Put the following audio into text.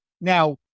Now